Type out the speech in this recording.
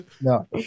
No